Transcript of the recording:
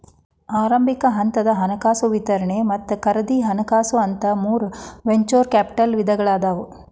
ಆರಂಭಿಕ ಹಂತದ ಹಣಕಾಸು ವಿಸ್ತರಣೆ ಮತ್ತ ಖರೇದಿ ಹಣಕಾಸು ಅಂತ ಮೂರ್ ವೆಂಚೂರ್ ಕ್ಯಾಪಿಟಲ್ ವಿಧಗಳಾದಾವ